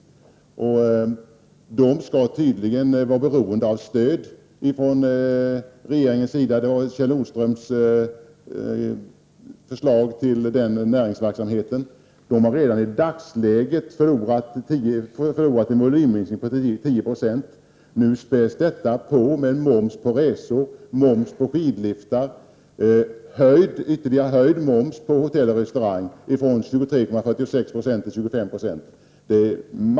Turismen där skall tydligen vara beroende av stöd från regeringen. Denna näringsverksamhet, Kjell Nordström, har redan i dagsläget förlorat med i genomsnitt 10 76. Nu späds detta på med moms på resor, på skidliftkort, ytterligare höjd moms inom hotelloch restaurangbranschen från 23,46 Ze, till 25 Jo.